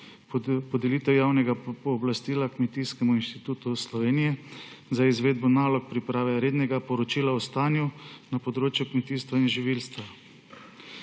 podelitev javnega pooblastila Kmetijskemu inštitutu Slovenije za izvedbo nalog priprave rednega poročila o stanju na področju kmetijstva in živilstva.